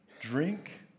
Drink